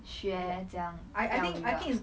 学怎样钓鱼 ah